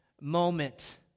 moment